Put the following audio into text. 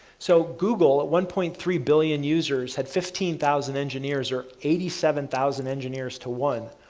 so google at one point three billion users, had fifteen thousand engineers or eighty seven thousand engineers to one.